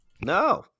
No